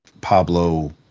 Pablo